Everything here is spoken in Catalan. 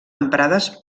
emprades